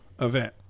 event